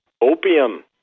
opium